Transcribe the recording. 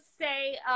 say